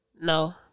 No